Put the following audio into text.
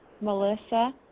Melissa